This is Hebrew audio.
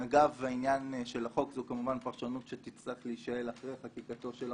אגב העניין של החוק זה כמובן פרשנות שתצטרך להישאל אחרי חקיקתו של החוק,